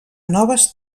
noves